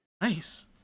Nice